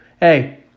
Hey